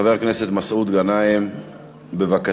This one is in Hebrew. חבר הכנסת מסעוד גנאים, בבקשה.